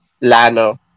Lana